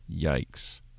yikes